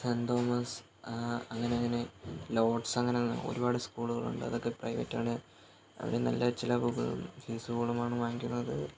saint Thomas അങ്ങനെ അങ്ങനെ Lords അങ്ങനെ അങ്ങനെ ഒരുപാട് സ്കൂളുകൾ ഉണ്ട് അതൊക്കെ പ്രൈവറ്റ് ആണ് അതിൽ നല്ല ചിലവുകൾ ഫീസുകളും ആണ് വാങ്ങിക്കുന്നത്